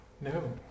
No